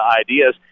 ideas